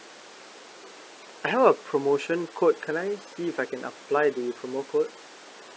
I have a promotion code can I see if I can apply the promo code